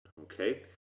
Okay